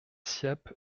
ciappes